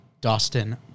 Dustin